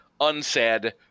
unsaid